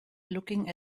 looking